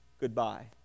Goodbye